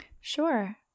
Sure